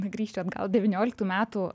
grįšiu atgal devynioliktų metų